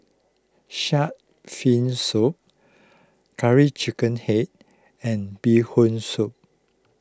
Shark's Fin Soup Curry Chicken Head and Bee Hoon Soup